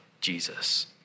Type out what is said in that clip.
Jesus